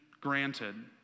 granted